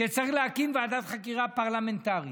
שצריך להקים ועדת חקירה פרלמנטרית.